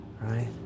Right